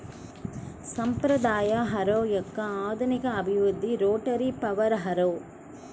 సాంప్రదాయ హారో యొక్క ఆధునిక అభివృద్ధి రోటరీ పవర్ హారో